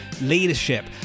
leadership